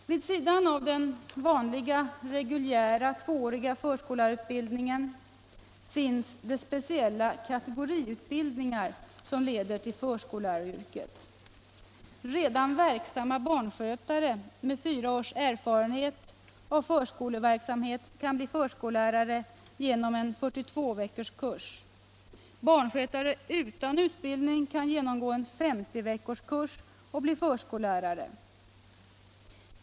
Vid sidan av den reguljära tvååriga förskollärarutbildningen finns det speciella kategoriutbildningar som leder till förskolläraryrket. Redan verksamma barnskötare med fyra års erfarenhet av förskoleverksamhet kan bli förskollärare genom en 42 veckors kurs. Barnskötare utan utbildning kan genomgå en 50 veckors kurs och bli förskollärare.